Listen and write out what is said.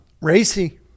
racy